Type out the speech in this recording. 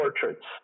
portraits